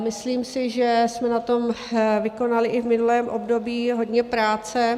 Myslím si, že jsme na tom vykonali i v minulém období hodně práce.